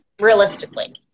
realistically